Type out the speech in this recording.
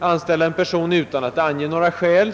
anställa en person utan att angiva något skäl.